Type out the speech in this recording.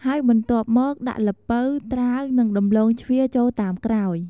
ហើយបន្ទាប់មកដាក់ល្ពៅ ត្រាវ និងដំឡូងជ្វាចូលតាមក្រោយ។